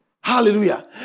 Hallelujah